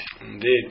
Indeed